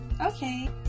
Okay